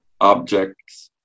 objects